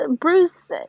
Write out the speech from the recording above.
Bruce